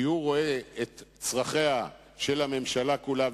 כי הוא רואה את צרכיה של הממשלה כולה,